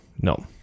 no